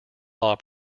law